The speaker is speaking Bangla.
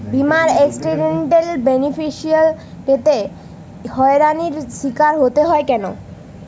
বিমার এক্সিডেন্টাল বেনিফিট পেতে হয়রানির স্বীকার হতে হয় কেন?